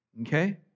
Okay